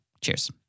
Cheers